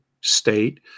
state